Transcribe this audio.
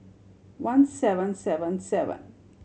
one seven seven seven